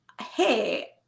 Hey